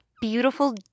beautiful